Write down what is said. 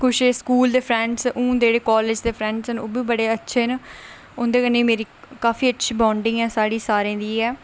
कुछ इक स्कूल दे फ्रैंडज हून जेहड़े कालेज दे फ्रैंडज ना ओ बी बड़े अच्छे ना उंदे कने बी मेरी काफी अच्छी बाईंड़िंग ऐ साढ़ी सारें दी ऐ